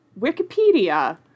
wikipedia